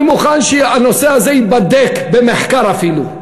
אני מוכן שהנושא הזה ייבדק במחקר אפילו,